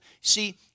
See